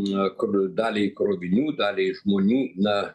na kad daliai krovinių daliai žmonių na